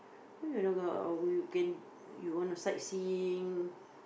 or you can you want to sightseeing